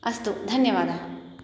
अस्तु धन्यवादाः